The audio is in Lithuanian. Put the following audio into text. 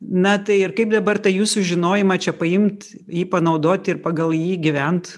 na tai ir kaip dabar tą jūsų žinojimą čia paimt jį panaudoti ir pagal jį gyvent